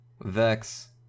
Vex